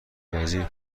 وزیر